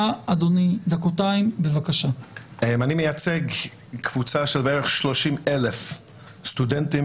אני מייצג קבוצה של כ-30 אלף סטודנטים